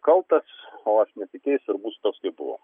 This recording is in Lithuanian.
kaltas o aš nesikeisiu ir būsiu toks kaip buvau